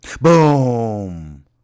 Boom